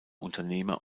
unternehmer